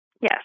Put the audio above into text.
Yes